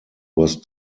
was